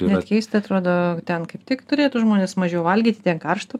net keista atrodo ten kaip tik turėtų žmonės mažiau valgyti ten karšta